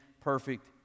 perfect